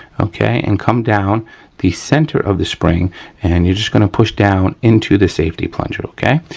okay, and come down the center of the spring and you're just gonna push down into the safety plunger, okay,